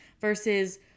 versus